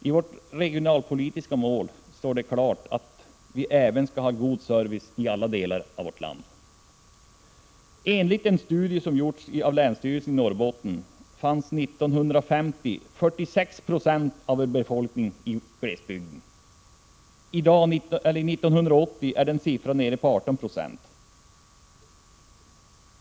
I vårt regionalpolitiska mål står det klart att vi även skall ha god service i alla delar av landet. Enligt den studie som gjorts av länsstyrelsen i Norrbotten fanns 46 96 av befolkningen i glesbygd år 1950. År 1980 är den siffran 18 90.